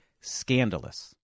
scandalous